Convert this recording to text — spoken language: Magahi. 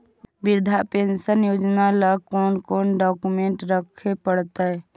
वृद्धा पेंसन योजना ल कोन कोन डाउकमेंट रखे पड़तै?